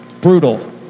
Brutal